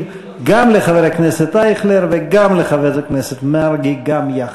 לחבר הכנסת אייכלר ולחבר הכנסת מרגי גם יחד.